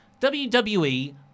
WWE